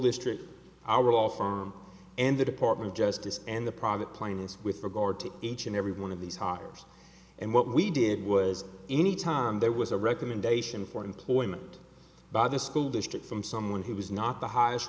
district our off arm and the department of justice and the profit plaintiffs with regard to each and every one of these hoppers and what we did was any time there was a recommendation for employment by the school district from someone who was not the highest